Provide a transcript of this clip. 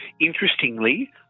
Interestingly